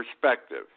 perspective